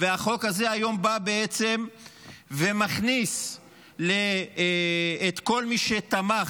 החוק הזה היום בא בעצם ומכניס את כל מי שתמך,